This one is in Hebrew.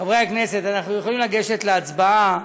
חברי הכנסת, אנחנו יכולים לגשת להצבעה,